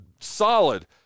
solid